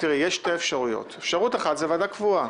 יש שתי אפשרויות: אפשרות אחת היא ועדה קבועה.